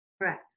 correct